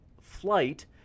flight